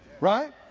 Right